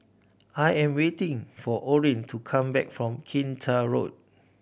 I am waiting for Orrin to come back from Kinta Road